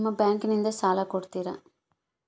ನಿಮ್ಮ ಬ್ಯಾಂಕಿನಿಂದ ಸಾಲ ಕೊಡ್ತೇರಾ?